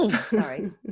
sorry